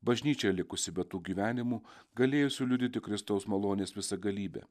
bažnyčia likusi be tų gyvenimų galėjusių liudyti kristaus malonės visagalybę